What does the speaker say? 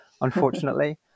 unfortunately